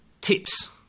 tips